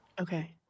Okay